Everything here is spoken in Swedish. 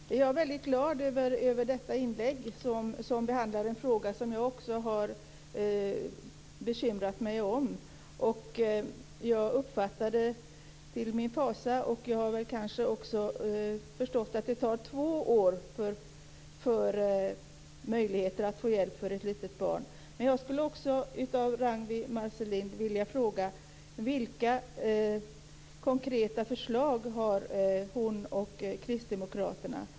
Fru talman! Jag är mycket glad över detta inlägg som behandlar en fråga som jag också har bekymrat mig för. Jag uppfattade till min fasa och jag har förstått att det tar två år innan man får möjlighet att få hjälp för ett litet barn. Men jag skulle också vilja fråga Ragnwi Marcelind vilka konkreta förslag hon och kristdemokraterna har.